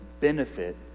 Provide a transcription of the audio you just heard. benefit